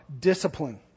discipline